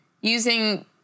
using